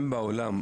הם בעולם,